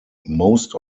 most